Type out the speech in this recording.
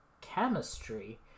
chemistry